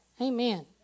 Amen